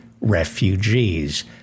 refugees